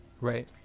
Right